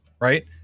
right